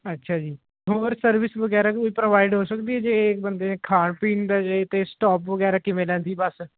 ਅੱਛਾ ਜੀ ਹੋਰ ਸਰਵਿਸ ਵਗੈਰਾ ਕੋਈ ਪ੍ਰੋਵਾਈਡ ਹੋ ਸਕਦੀ ਜੇ ਬੰਦੇ ਨੇ ਖਾਣ ਪੀਣ ਦਾ ਜੇ ਅਤੇ ਸਟੋਪ ਵਗੈਰਾ ਕਿਵੇਂ ਰਹਿੰਦੀ ਬੱਸ